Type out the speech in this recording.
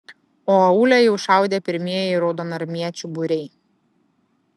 o aūle jau šaudė pirmieji raudonarmiečių būriai